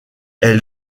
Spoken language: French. elle